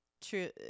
True